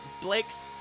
Blake's